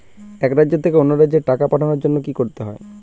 এক রাজ্য থেকে অন্য রাজ্যে টাকা পাঠানোর জন্য কী করতে হবে?